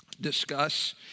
discuss